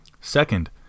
Second